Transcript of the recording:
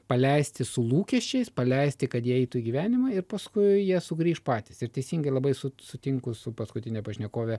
paleisti su lūkesčiais paleisti kad jie eitų į gyvenimą ir paskui jie sugrįš patys ir teisingai labai su sutinku su paskutine pašnekove